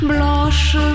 Blanche